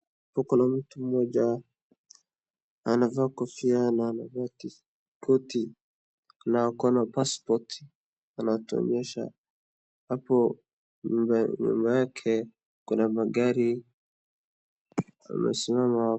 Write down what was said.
Hapa kuna mtu mmoja anavaa kofia na anavaa koti na ako na passport anatuonyesha. Hapo nyuma yake kuna magari yamesimama.